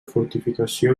fortificació